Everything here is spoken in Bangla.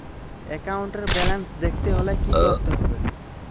একাউন্টের ব্যালান্স দেখতে হলে কি করতে হবে?